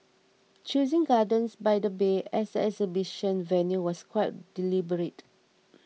choosing Gardens by the Bay as the exhibition venue was quite deliberate